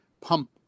pump